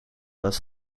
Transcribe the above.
het